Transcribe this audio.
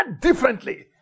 differently